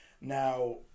Now